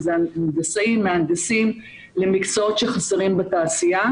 אם זה הנדסאים ומהנדסים למקצועות שחסרים בתעשייה,